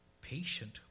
patient